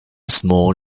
small